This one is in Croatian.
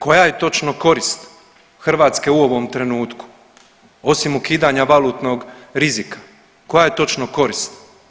Koja je točno korist Hrvatske u ovom trenutku osim ukidanja valutnog rizika, koja je točno korist?